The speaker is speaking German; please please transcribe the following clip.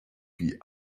wie